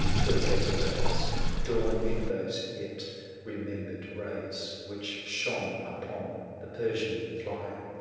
till better days dawn in those yet remembered rays which shone upon the persian flying.